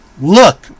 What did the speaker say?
Look